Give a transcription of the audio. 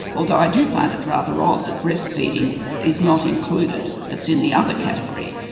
although i do find it rather odd that breast feeding is not included, it's in the other category.